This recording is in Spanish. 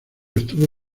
estuvo